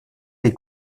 les